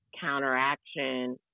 Counteraction